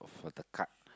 for the card